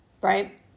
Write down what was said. right